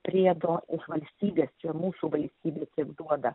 priedo iš valstybės čia mūsų valstybė tiek duoda